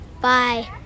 Bye